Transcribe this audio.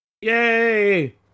Yay